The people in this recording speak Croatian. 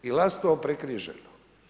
I Lastovo prekriženo.